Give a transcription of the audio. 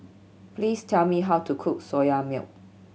please tell me how to cook Soya Milk